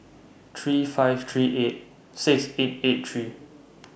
three five three eight six eight eight three